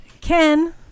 Ken